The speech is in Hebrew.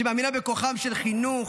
שמאמינה בכוחם של חינוך,